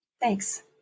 Thanks